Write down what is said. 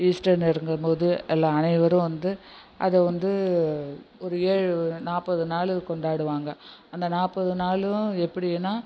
Easter நெருங்கும்போது எல்லா அனைவரும் வந்து அதை வந்து ஒரு ஏழு நாற்பது நாள் கொண்டாடுவாங்க அந்த நாற்பது நாளும் எப்படினா